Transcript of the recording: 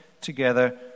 together